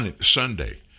Sunday